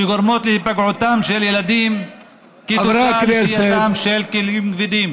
שגורמות להיפגעותם של ילדים כתוצאה משהייתם של כלים כבדים